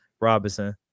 Robinson